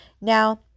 Now